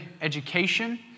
education